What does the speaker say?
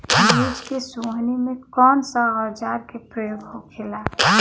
मिर्च के सोहनी में कौन सा औजार के प्रयोग होखेला?